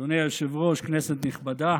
אדוני היושב-ראש, כנסת נכבדה,